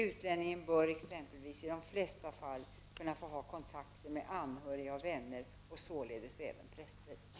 Utlänning bör exempelvis i de flesta fall kunna få ha kontakter med anhöriga och vänner och således även präster.